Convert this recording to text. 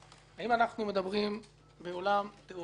האם אנחנו מדברים בעולם תיאורטי